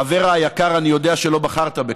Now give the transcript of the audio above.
אברה היקר, אני יודע שלא בחרת בכך,